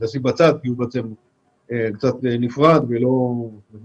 שמנו אותו בצד כי הוא קצת נפרד ולא בדיוק